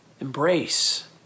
Embrace